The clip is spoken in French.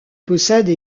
possède